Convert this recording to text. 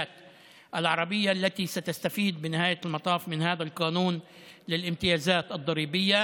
הערביים שיפיקו בסוף תועלת מהחוק הזה של הטבות המס.